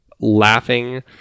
laughing